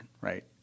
right